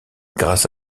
grâce